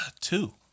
Two